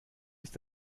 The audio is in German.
ist